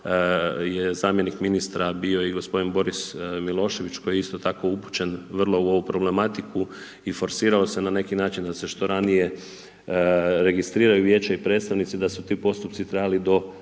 je zamijenim ministra bio i g. Boris Milošević koji je, isto tako upućen vrlo u ovu problematiku i forsirao se na neki način da se što ranije registriraju vijeće i predstavnici, da su ti postupci trajali do